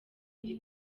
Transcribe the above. iri